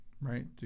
right